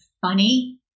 funny